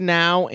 now